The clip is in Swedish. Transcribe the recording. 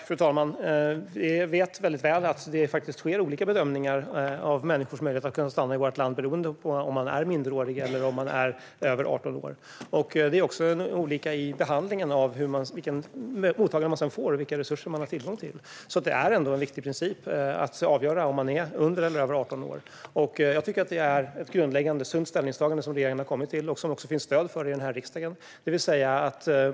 Fru talman! Vi vet väldigt väl att det görs olika bedömningar av människors möjligheter att stanna i vårt land beroende på om man är minderårig eller över 18 år. Vilket mottagande man får och vilka resurser man får tillgång till är också olika. Det är alltså en viktig princip att avgöra om man är under eller över 18 år. Jag tycker att det är ett grundläggande, sunt ställningstagande som regeringen har kommit fram till. Det finns också stöd för det här i riksdagen.